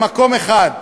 במקום אחד,